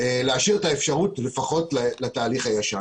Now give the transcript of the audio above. להשאיר את האפשרות לפחות לתהליך הישן.